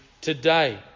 today